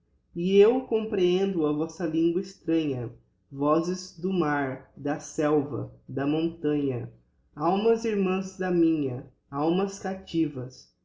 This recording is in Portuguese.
e eu comprehendo a vossa lingua estranha vozes do mar da selva da montanha almas irmans da minha almas captivas